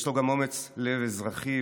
יש לו גם אומץ לב אזרחי,